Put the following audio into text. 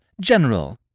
general